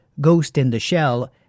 ghost-in-the-shell